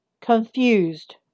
confused